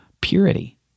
purity